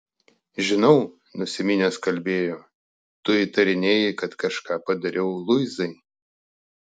žinau nusiminęs kalbėjo tu įtarinėji kad kažką padariau luizai